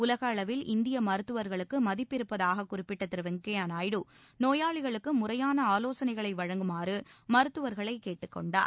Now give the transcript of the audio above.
உலக அளவில் இந்திய மருத்துவர்களுக்கு மதிப்பிருப்பதாக குறிப்பிட்ட திரு வெங்கைய்ய நாயுடு நோயாளிகளுக்கு முறையான ஆவோசனைகளை வழங்குமாறு மருத்துவர்களை கேட்டுக்கொண்டார்